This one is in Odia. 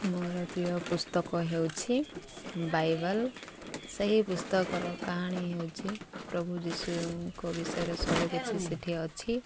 ମୋର ପ୍ରିୟ ପୁସ୍ତକ ହେଉଛି ବାଇବଲ୍ ସେହି ପୁସ୍ତକର କାହାଣୀ ହେଉଛି ପ୍ରଭୁ ଯଶୁଙ୍କ ବିଷୟରେ ସବୁ କିଛି ସେଠି ଅଛି